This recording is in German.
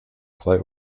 zwei